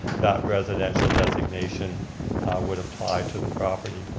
that residential designation would apply to the property.